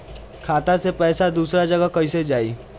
खाता से पैसा दूसर जगह कईसे जाई?